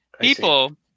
People